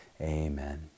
amen